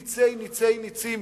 נצי-נצי-נצים,